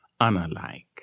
unalike